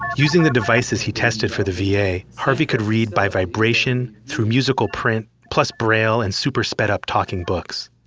using the devices he tested for the va, yeah harvey could read by vibration, through musical print, plus braille and super sped up talking books.